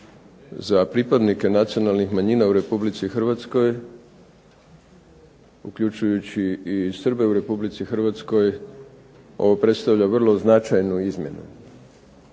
za pripadnike nacionalnih manjina u Republici Hrvatskoj uključujući i Srbe u Republici Hrvatskoj ovo predstavlja vrlo značajnu izmjenu,